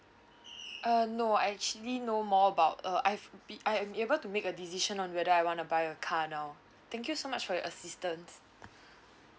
uh no I actually know more about uh I've be~ I am able to make a decision on whether I wanna buy a car now thank you so much for your assistance